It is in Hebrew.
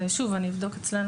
שוב, אני אבדוק אצלנו.